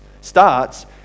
starts